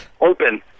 open